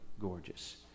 gorgeous